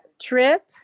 trip